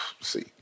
see